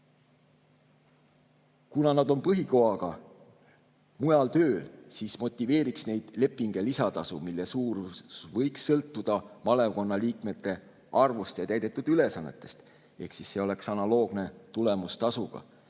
Kuna nad on põhikohaga mujal tööl, siis motiveeriks neid leping ja lisatasu, mille suurus võiks sõltuda malevkonna liikmete arvust ja täidetud ülesannetest, ehk see oleks analoogne tulemustasuga.